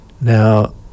now